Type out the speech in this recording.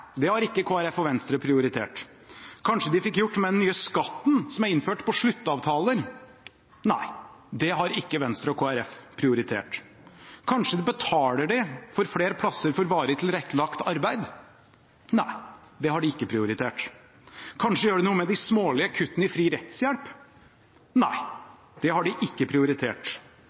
det har ikke Kristelig Folkeparti og Venstre prioritert. Kanskje de fikk gjort noe med den nye skatten som er innført på sluttavtaler? Nei, det har ikke Venstre og Kristelig Folkeparti prioritert. Kanskje de betaler for flere plasser for varig tilrettelagt arbeid? Nei, det har de ikke prioritert. Kanskje de gjør noe med de smålige kuttene i fri rettshjelp? Nei, det har de ikke prioritert.